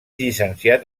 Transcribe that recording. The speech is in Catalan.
llicenciat